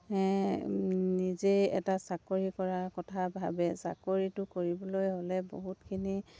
নিজেই এটা চাকৰি কৰাৰ কথা ভাবে চাকৰিটো কৰিবলৈ হ'লে বহুতখিনি